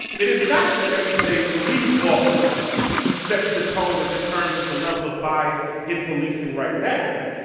it is not the everyday police officer who sets the tone and determines the level of bias in policing right now.